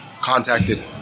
contacted